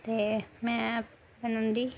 ते में बनांदी